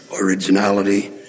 originality